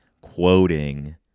quoting